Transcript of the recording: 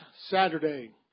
Saturday